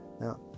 Now